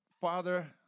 Father